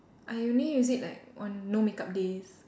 I only use it like on no makeup days